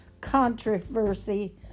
controversy